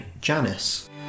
Janice